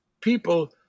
people